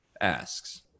asks